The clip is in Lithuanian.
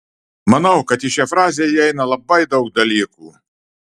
manau kad į šią frazę įeina labai daug dalykų